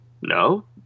No